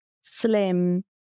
slim